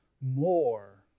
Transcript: more